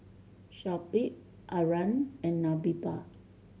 Shoaib Aryan and Nabila